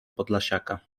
podlasiaka